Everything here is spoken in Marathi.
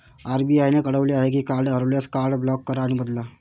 आर.बी.आई ने कळवले आहे की कार्ड हरवल्यास, कार्ड ब्लॉक करा आणि बदला